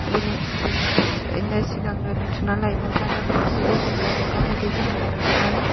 बिनि बिनिखायनो सिगांनो दोनथुमना लायोब्ला दा बेफोरबायदि जेंनायाव मोगा मोगि जानांनाय नङामोन